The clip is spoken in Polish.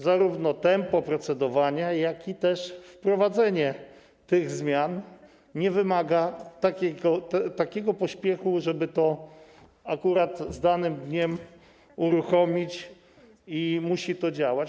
Zarówno tempo procedowania, jak też wprowadzenie tych zmian nie wymaga takiego pośpiechu, żeby akurat z danym dniem to uruchomić, by musiało to działać.